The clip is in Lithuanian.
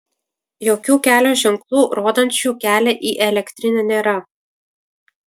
jokių kelio ženklų rodančių kelią į elektrinę nėra